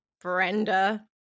Brenda